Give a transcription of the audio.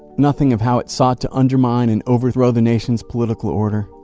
nothing of how it sought to undermine and overthrow the nation's political order.